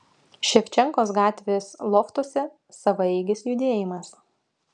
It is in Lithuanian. ševčenkos gatvės loftuose savaeigis judėjimas